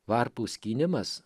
varpų skynimas